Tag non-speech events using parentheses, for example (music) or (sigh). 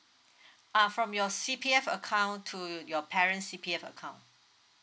(breath) ah from your C_P_F account to your parents C_P_F account